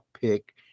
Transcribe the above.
pick